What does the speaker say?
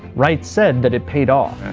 wright said that it paid off.